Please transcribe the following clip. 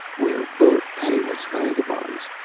we're both penniless vagabonds,